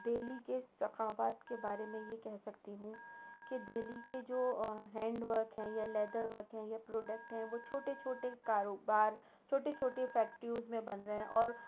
دہلی کے ثقافات کے بارے میں یہ کہہ سکتی ہوں کہ دہلی کے جو ہینڈ ورک ہیں یا لیدر ورک ہیں یا پروڈکٹ ہیں وہ چھوٹے چھوٹے کاروبار چھوٹے چھوٹے فیکٹریوز میں بن رہے ہیں اور